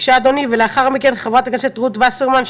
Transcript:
ולאחר מכן חברת הכנסת רות וסרמן.